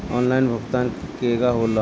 Online भुगतान केगा होला?